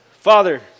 Father